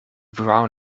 brown